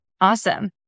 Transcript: Awesome